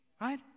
right